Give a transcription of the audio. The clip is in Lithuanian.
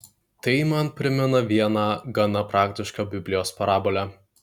tai man primena vieną gana praktišką biblijos parabolę